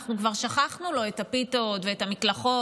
אנחנו כבר שכחנו לו את הפיתות ואת המקלחות.